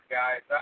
guys